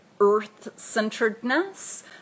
earth-centeredness